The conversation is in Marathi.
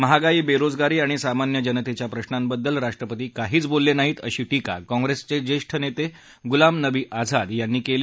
महागाई बेरोजगारी आणि सामान्य जनतेच्या प्रशांबद्दल राष्ट्रपती काहीच बोलले नाहीत अशी टीका काँग्रेसचे ज्येष्ठ नेते गुलाम नबी आझाद यांनी केली